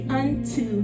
unto